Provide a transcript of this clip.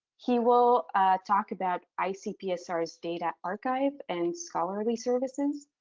he will talk about icpsr's data archive and scholarly services.